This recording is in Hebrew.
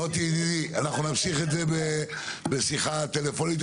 מוטי ידידי, אנחנו נמשיך את זה בשיחה טלפונית.